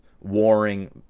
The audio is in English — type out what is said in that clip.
warring